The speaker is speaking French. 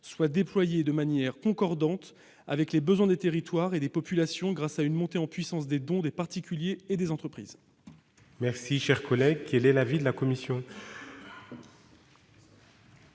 soient déployés de manière concordante avec les besoins des territoires et des populations grâce à une montée en puissance des dons des particuliers et des entreprises.